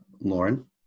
Lauren